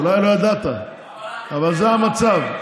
אולי לא ידעת, אבל זה המצב.